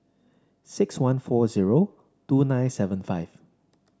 six one four zero two nine seven five